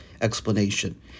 explanation